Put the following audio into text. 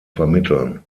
vermitteln